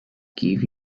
gives